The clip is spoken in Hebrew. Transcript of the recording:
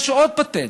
יש עוד פטנט.